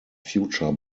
future